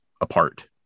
apart